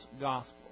gospel